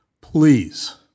please